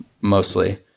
mostly